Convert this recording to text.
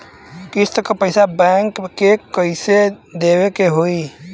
किस्त क पैसा बैंक के कइसे देवे के होई?